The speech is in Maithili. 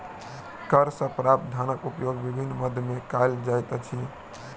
कर सॅ प्राप्त धनक उपयोग विभिन्न मद मे कयल जाइत अछि